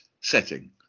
setting